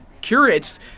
curates